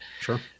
Sure